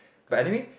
but anyway